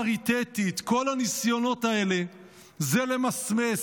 פריטטית --- כל הניסיונות האלה זה למסמס",